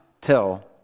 tell